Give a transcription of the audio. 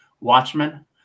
Watchmen